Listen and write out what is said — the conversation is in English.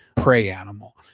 prey animal.